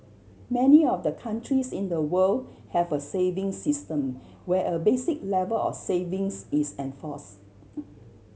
many of the countries in the world have a savings system where a basic level of savings is enforced